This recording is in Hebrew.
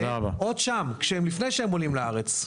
עוד שם לפני שהם עולים לארץ.